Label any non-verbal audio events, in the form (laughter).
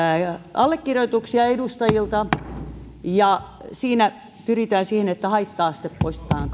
allekirjoituksia edustajilta siinä pyritään siihen että haitta aste poistetaan (unintelligible)